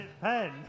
pen